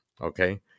Okay